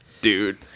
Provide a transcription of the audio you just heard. dude